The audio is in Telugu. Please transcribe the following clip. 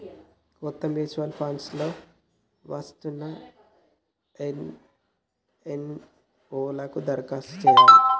కొత్తగా మ్యూచువల్ ఫండ్స్ లో వస్తున్న ఎన్.ఎఫ్.ఓ లకు దరఖాస్తు చేయాలి